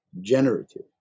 generative